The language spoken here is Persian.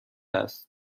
است